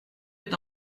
est